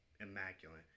immaculate